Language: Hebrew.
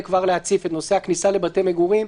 כבר להציף: את נושא הכניסה לבתי מגורים,